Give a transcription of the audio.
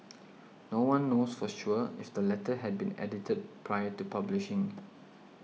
no one knows for sure if the letter had been edited prior to publishing